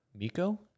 Miko